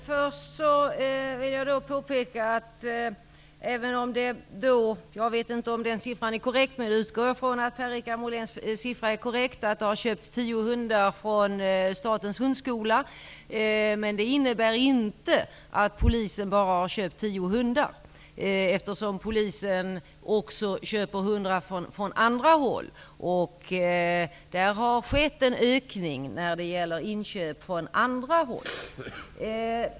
Fru talman! Jag utgår från att Per-Richard Moléns uppgift är korrekt, att man har köpt tio hundar från Statens hundskola. Det innebär dock inte att Polisen har köpt bara tio hundar, eftersom Polisen köper hundar också från andra håll. Det har skett en ökning av inköpen från andra håll.